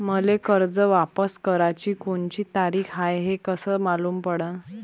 मले कर्ज वापस कराची कोनची तारीख हाय हे कस मालूम पडनं?